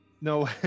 No